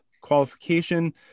qualification